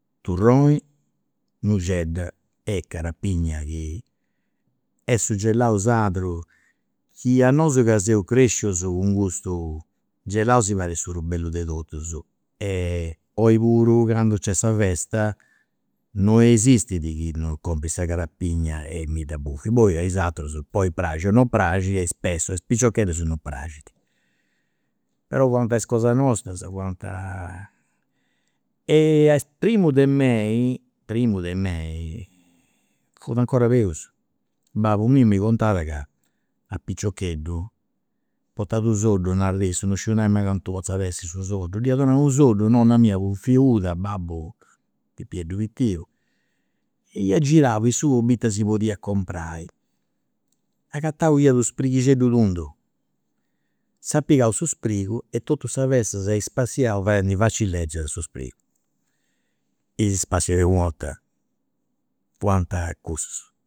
Turroni, nuxedda e carapigna chi est su gelau sardu chi a po nosu chi seus crescius cun custu gelau, si parrit su prus bellu de totus e oi puru candu c'est sa festa non esistit chi non comprit sa carapigna e mi dda buffi, poi a is aterus poi praxi o no praxi e spessu a is picioccheddus non praxit. Po contai is cosas nostras fuant ea primu de mei, primu de mei, fut 'ncora peus, babbu miu mi contat ca a picioccheddu potà unu soddu, narat issu, no sciu nai cantu potza essi u soddu, dd'iat donau u' soddu, nonna mia fut fiuda, babbu pipieddu pittiu, ia girau po biri ita si podia comporai, agatau iat unu sprighixeddu tundu, intzà s'est pigau su sprigu e totu sa festa s'est spassiau fadendi faci leggias a su sprigu. Is ispassius de u'orta fuant cussus